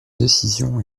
décision